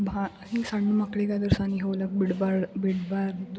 ಬಾ ಹಿಂಗೆ ಸಣ್ಣ ಮಕ್ಕಳಿಗದ್ರ್ ಸನಿಹ ಹೋಲಕ್ ಬಿಡ್ಬಾರ್ದು ಬಿಡಬಾರ್ದು